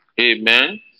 Amen